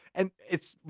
and it's,